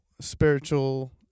spiritual